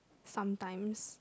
sometimes